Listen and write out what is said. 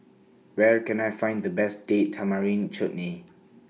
Where Can I Find The Best Date Tamarind Chutney